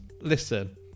Listen